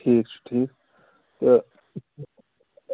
ٹھیٖک چھُ ٹھیٖک تہٕ